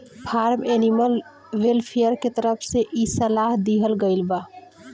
form animal welfare के तरफ से इ सलाह दीहल गईल बा